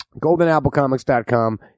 GoldenAppleComics.com